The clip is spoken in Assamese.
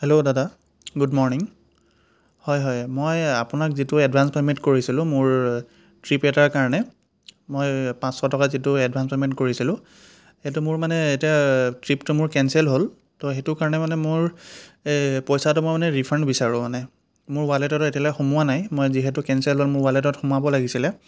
হেল্ল' দাদা গুড মৰ্নিং হয় হয় মই আপোনাক যিটো এডভান্স পে'মেন্ট কৰিছিলোঁ মোৰ ট্ৰিপ এটাৰ কাৰণে মই পাঁচশ টকা যিটো এডভান্স পে'মেন্ট কৰিছিলোঁ সেইটো মোৰ মানে এতিয়া ট্ৰিপটো মোৰ কেনচেল হ'ল ত' সেইটো কাৰণে মানে মোৰ পইচাটো মই মানে ৰিফাণ্ড বিচাৰোঁ মানে মোৰ ৱালেটত এতিয়ালৈকে সোমোৱা নাই মই যিহেতু কেনচেল হ'ল মোৰ ৱালেটত সোমাব লাগিছিলে